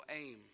aim